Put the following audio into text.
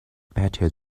better